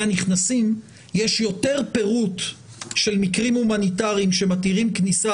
הנכנסים יש יותר פירוט של מקרים הומניטריים שמתירים כניסה